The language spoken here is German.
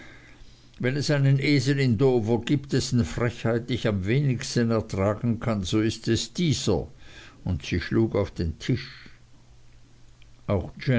wenn es einen esel in dover gibt dessen frechheit ich am wenigstens ertragen kann so ist es dieser und sie schlug auf den tisch